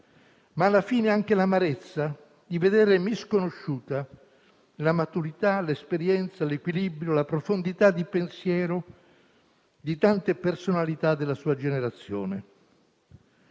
ma alla fine anche l'amarezza di vedere misconosciuta la maturità, l'esperienza, l'equilibrio e la profondità di pensiero di tante personalità della sua generazione.